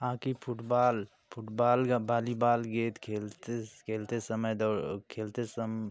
hockey football football या volleyball गेद खेलतेस खेलते समय दौ खेलते सम